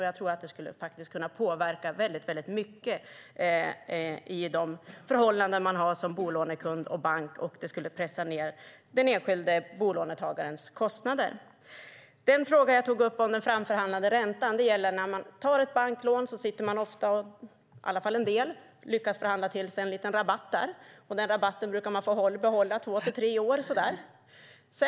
Jag tror att det skulle kunna påverka väldigt mycket i de förhållanden man som bolånekund och bank har, och det skulle pressa ned den enskilda bolånetagarens kostnader. Låt mig ta upp detta med den framförhandlade räntan igen. När man tar ett banklån lyckas man åtminstone ibland förhandla till sig en liten rabatt. Den rabatten brukar man få behålla i två tre år.